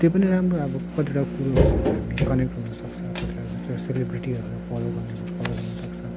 त्यो पनि राम्रो अब कतिवटा कुरोहरूसँग हामी कनेक्ट हुन सक्छ कतिवटा जस्तो सेलिब्रेटीहरूलाई फलो गर्नेहरू फलो गर्नुसक्छ